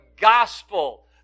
gospel